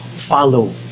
follow